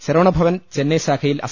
ശരവണഭവൻ ചെന്നൈ ശാഖയിൽ അസി